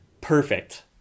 perfect